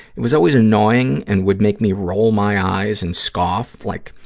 it was always annoying and would make me roll my eyes and scoff, like,